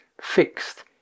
fixed